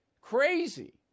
Crazy